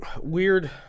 weird